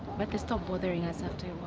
but they stopped bothering us after